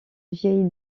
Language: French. vieille